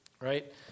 Right